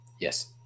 Yes